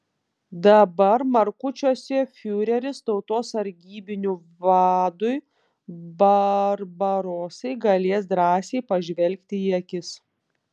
dabar markučiuose fiureris tautos sargybinių vadui barbarosai galės drąsiai pažvelgti į akis